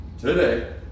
today